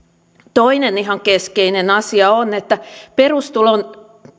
toinen ihan keskeinen asia on että perustulon